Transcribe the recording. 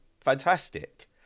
fantastic